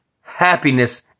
happiness